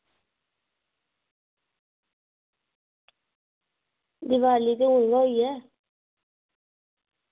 दिवाली ते होई ऐ